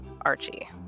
Archie